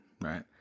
right